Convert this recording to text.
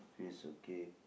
face okay